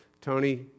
Tony